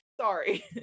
sorry